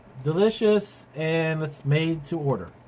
delicious and it's made to order.